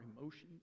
emotions